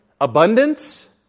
Abundance